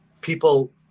People